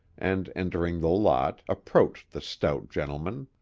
and entering the lot, approached the stout gentleman.